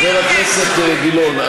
חבר הכנסת גילאון,